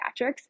pediatrics